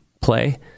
play